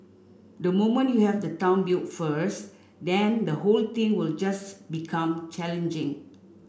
the moment you have the town built first then the whole thing will just become challenging